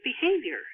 behavior